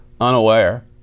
unaware